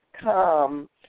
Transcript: come